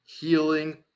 healing